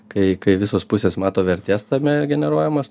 kai kai visos pusės mato vertės tame generuojamos